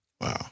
Wow